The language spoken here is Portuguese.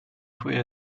foi